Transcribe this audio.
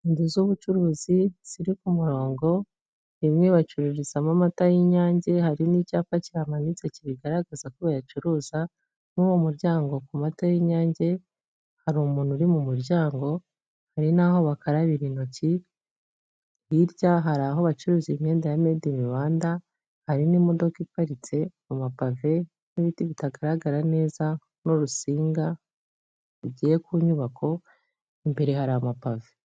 Inzu z'ubucuruzi ziri ku murongo imwe bacururirizamo amata y'inyange hari n'icyapa cyimanitse kibigaragaza ko bayacuruza, noneho mu muryango ku mata y'inyange hari umuntu uri mu muryango hari na ho haka ba hari intoki, hirya hari aho bacuruza imyenda ya mayidi ini Rwandada harimo n'imodoka iparitse mu mapave, n'ibiti bitagaragara neza n'urusinga rugiye ku nyubako imbere hari amapave.